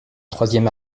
troisième